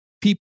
people